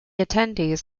attendees